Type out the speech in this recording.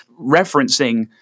referencing